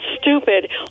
stupid